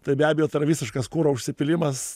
tai be abejo tai yra visiškas kuro apsipylimas